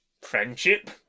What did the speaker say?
friendship